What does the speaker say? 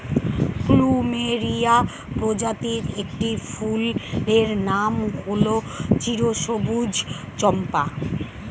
plumeria প্রজাতির একটি ফুলের নাম হল চিরসবুজ চম্পা